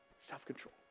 self-control